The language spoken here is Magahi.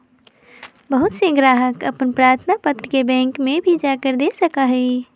बहुत से ग्राहक अपन प्रार्थना पत्र के बैंक में भी जाकर दे सका हई